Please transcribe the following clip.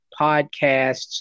podcasts